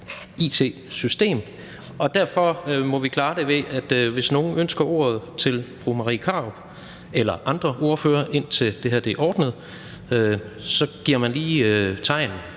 it-system, og derfor må vi klare det, ved at man, hvis nogen ønsker ordet til fru Marie Krarup eller andre ordførere, indtil det her er ordnet, lige giver tegn